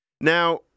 Now